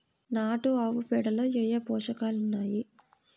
నాటు ఆవుపేడలో ఏ ఏ పోషకాలు ఉన్నాయి?